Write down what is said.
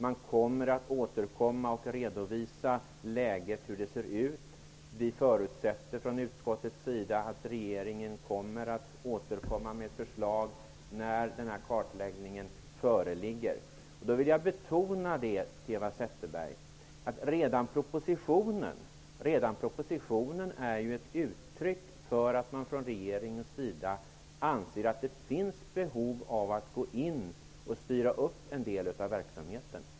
Socialstyrelsen skall återkomma och redovisa hur läget ser ut. Vi förutsätter från utskottets sida att regeringen skall återkomma med förslag när kartläggningen är klar. Jag vill betona för Eva Zetterberg att redan propositionen är ett uttryck för att regeringen anser att det finns behov av att styra en del av verksamheten.